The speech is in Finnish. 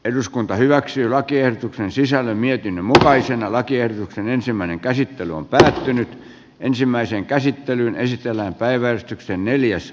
eduskunta hyväksyi lakiehdotuksen sisällön mietin mutta isännällä kierroksen ensimmäinen käsittely on päätynyt ensimmäiseen käsittelyyn esitellään ei muuta